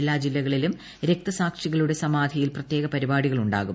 എല്ലാ ജില്ലകളിലും രക്തസാക്ഷികളുടെ സമാധിയിൽ പ്രത്യേക പരിപാടികളുണ്ടാവും